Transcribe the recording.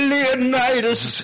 Leonidas